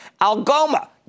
Algoma